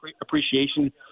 appreciation